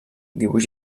dibuix